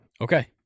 Okay